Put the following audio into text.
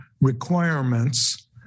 requirements